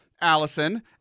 allison